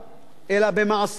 אלא במעשים, אדוני.